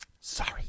Sorry